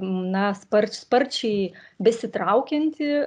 na sparč sparčiai besitraukianti